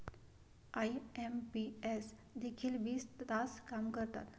IMPS देखील वीस तास काम करतात?